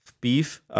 beef